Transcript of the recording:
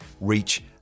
reach